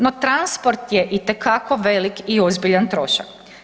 No transport je itekako velik i ozbiljan trošak.